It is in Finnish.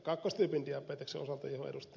kakkostyypin diabeteksen osalta johon ed